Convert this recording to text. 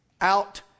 out